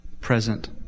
present